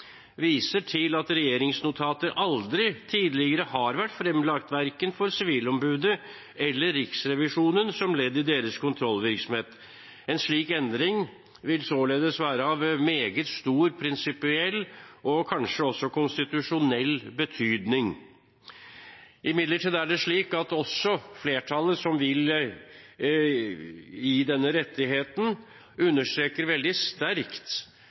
viser imidlertid til at regjeringsnotater aldri tidligere har vært fremlagt, verken for Sivilombudet eller Riksrevisjonen, som ledd i deres kontrollvirksomhet. En slik endring vil således være av meget stor prinsipiell og kanskje også konstitusjonell betydning. Imidlertid er det slik at også flertallet som vil gi denne rettigheten, understreker veldig sterkt